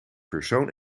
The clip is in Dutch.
persoon